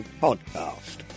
podcast